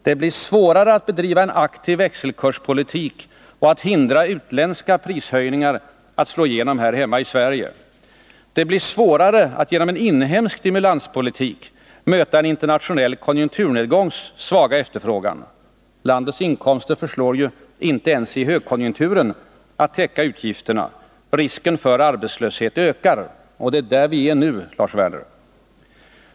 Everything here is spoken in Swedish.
Det blir svårare att bedriva en aktiv växelkurspolitik och att hindra utländska prishöjningar att slå igenom hemma i Sverige. Det blir svårare att genom en inhemsk stimulanspolitik möta en internationell konjunkturnedgångs svaga efterfrågan. Landets inkomster förslår ju inte ens i högkonjunkturen till att täcka utgifterna. Risken för arbetslöshet ökar. Och det är där vi är nu, Lars Werner!